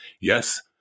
Yes